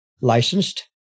licensed